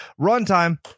Runtime